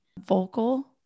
vocal